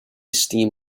steam